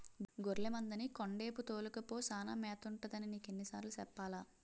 గొర్లె మందని కొండేపు తోలుకపో సానా మేతుంటదని నీకెన్ని సార్లు సెప్పాలా?